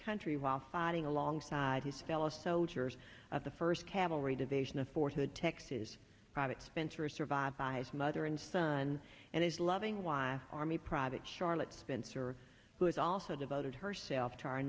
country while fighting alongside his fellow soldiers of the first cavalry division of fort hood texas private spencer is survived by his mother and son and his loving wife army private charlotte spencer who is also devoted herself to our